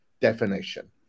definition